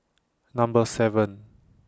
Number seven